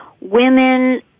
women